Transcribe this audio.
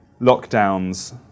lockdowns